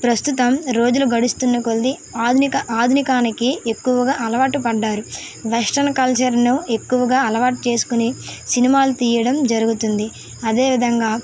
ప్రస్తుతం రోజులు గడుస్తున్న కొద్దీ ఆధునిక ఆధునికానికి ఎక్కువగా అలవాటు పడ్డారు వెస్ట్రన్ కల్చర్ను ఎక్కువగా అలవాటు చేసుకుని సినిమాలు తీయడం జరుగుతుంది అదే విధంగా